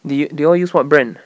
they they all use what brand